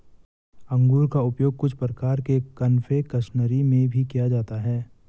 अंगूर का उपयोग कुछ प्रकार के कन्फेक्शनरी में भी किया जाता है